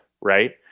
right